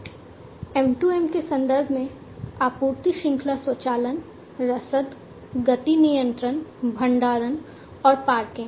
M2M के संदर्भ में आपूर्ति श्रृंखला स्वचालन रसद गति नियंत्रण भंडारण और पार्किंग